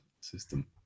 system